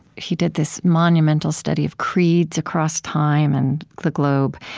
he did this monumental study of creeds across time and the globe.